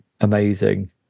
amazing